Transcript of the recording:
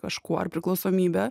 kažkuo ar priklausomybe